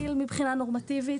אני חושב שמעבר למעקב פאסיבי